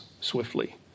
swiftly